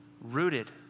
rooted